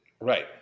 Right